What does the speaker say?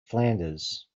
flanders